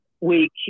week